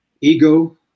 ego